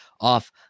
off